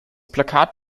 plakat